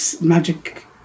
magic